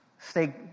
stay